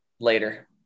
later